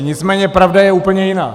Nicméně pravda je úplně jiná.